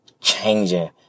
changing